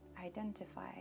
identify